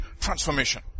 transformation